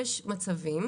יש מצבים,